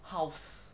house